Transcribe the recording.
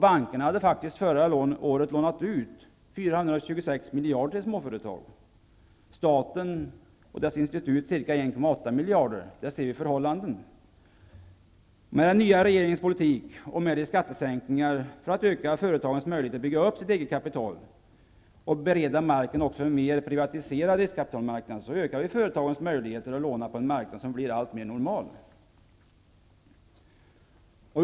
Bankerna hade faktiskt under förra året lånat ut 426 miljarder till småföretagen och staten och dess institut ca 1,8 miljarder. Där ser vi förhållandena. Med den nya regeringens politik, med skattesänkningar i syfte att öka företagens möjlighet att bygga upp sitt eget kapital och bereda mark för en mer privatiserad riskkapitalmarknad ökar vi företagens möjligheter att låna på en marknad som blir alltmer normal.